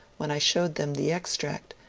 when i showed them the extract,